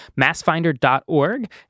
MassFinder.org